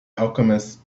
alchemist